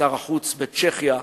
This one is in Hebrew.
שר החוץ בצ'כיה,